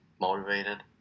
motivated